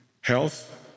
Health